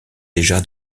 déjà